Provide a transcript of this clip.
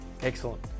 excellent